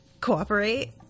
cooperate